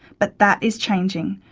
but that is changing.